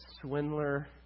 swindler